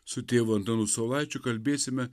su tėvu antanu saulaičiu kalbėsime